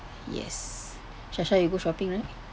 yes shasha you go shopping right